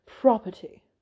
property